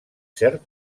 cert